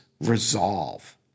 resolve